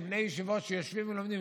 שבני הישיבות שיושבים ולומדים,